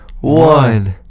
one